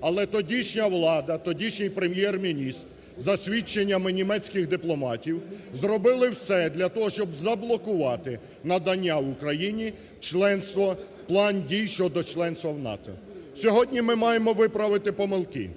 Але тодішня влада, тодішній Прем’єр-міністр, за свідченнями німецьких дипломатів, зробили все для того, щоб заблокувати надання Україні членство, План дій щодо членства в НАТО. Сьогодні ми маємо виправити помилки: